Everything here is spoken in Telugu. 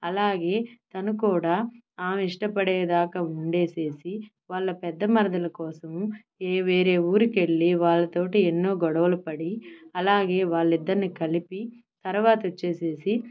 అలాగే తాను కూడా ఆమె ఇష్టపడే దాకా ఉండేసేసి వాళ్ళ పెద్ద మరదల కోసము వేరే ఊరికెళ్ళి వాళ్ళతోటి ఎన్నో గొడవలు పడి అలాగే వాల్లిద్దర్ని కలిపి తరువాతొచ్చేసేసి